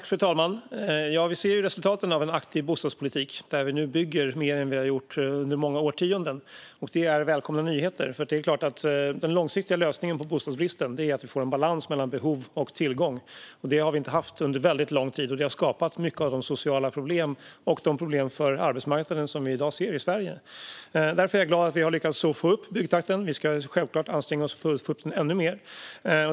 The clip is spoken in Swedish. Fru talman! Vi ser resultaten av en aktiv bostadspolitik, där vi nu bygger mer än vi har gjort under många årtionden. Det är välkomna nyheter, för det är klart att den långsiktiga lösningen på bostadsbristen är att vi får en balans mellan behov och tillgång. Det har vi inte haft under väldigt lång tid, och det har skapat mycket av de sociala problem och de problem för arbetsmarknaden som vi i dag ser i Sverige. Därför är jag glad att vi har lyckats få upp byggtakten. Vi ska självklart anstränga oss för att få upp den ännu mer.